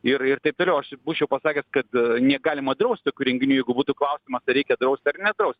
ir ir taip toliau aš būčiau pasakęs kad negalima drausti tokių renginių jeigu būtų klausimas ar reikia drausti ar nedraust